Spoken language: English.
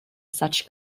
such